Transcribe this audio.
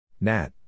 Nat